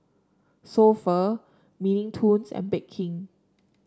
So Pho Mini Toons and Bake King